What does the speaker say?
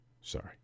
Sorry